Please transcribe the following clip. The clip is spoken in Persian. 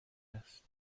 است